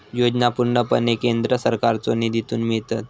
योजना पूर्णपणे केंद्र सरकारच्यो निधीतून मिळतत